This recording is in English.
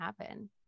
happen